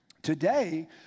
Today